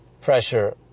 pressure